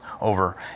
over